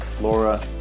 Laura